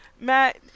Matt